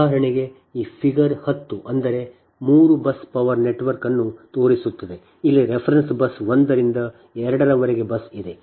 ಉದಾಹರಣೆಗೆ ಈ ಫಿಗರ್ 10 ಅಂದರೆ 3 ಬಸ್ ಪವರ್ ನೆಟ್ವರ್ಕ್ ಅನ್ನು ತೋರಿಸುತ್ತದೆ ಅಲ್ಲಿ ರೆಫರೆನ್ಸ್ ಬಸ್ 1 ರಿಂದ 2 ರವರೆಗೆ ಬಸ್ ಇದೆ